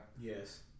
Yes